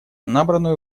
набранную